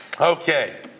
Okay